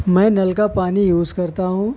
میں نل کا پانی یوز کرتا ہوں